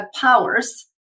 powers